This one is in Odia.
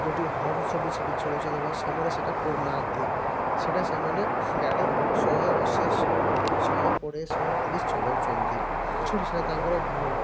ଯେଉଁଠି ହମ୍ପସ ସେଇଠି ସେମାନେ ସେଇଟା କରୁନାହାନ୍ତି ସେଇଟା ସେମାନେ ଗାଡ଼ି ଶହେ ଅଶେ ଶହେ କୋଡ଼ିଏ ଶହେ ତିରିଶ ଚଲାଉଛନ୍ତି ସେଇଟା ତାଙ୍କର ଭୁଲ